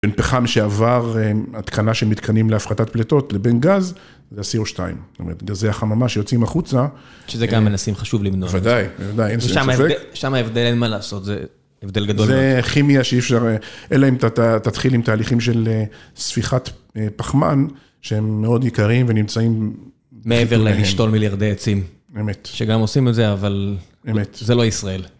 בין פחם שעבר התקנה של מתקנים להפחתת פלטות לבין גז, זה ה סי או 2. זאת אומרת, גזי החממה שיוצאים החוצה. שזה גם מנסים, חשוב לבנות. בוודאי, בוודאי. שם ההבדל אין מה לעשות, זה הבדל גדול מאוד. זה כימיה שאי אפשר, אלא אם אתה תתחיל עם תהליכים של ספיחת פחמן, שהם מאוד עיקריים ונמצאים... מעבר ללשתול מיליארדי עצים. אמת. שגם עושים את זה, אבל זה לא ישראל.